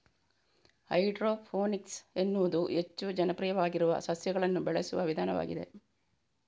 hydroponics ಎನ್ನುವುದು ಹೆಚ್ಚು ಜನಪ್ರಿಯವಾಗಿರುವ ಸಸ್ಯಗಳನ್ನು ಬೆಳೆಸುವ ವಿಧಾನವಾಗಿದೆ